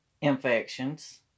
infections